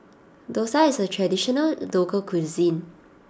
Dosa is a traditional local cuisine